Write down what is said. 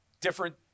Different